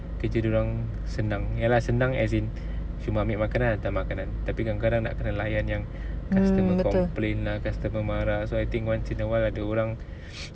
mm betul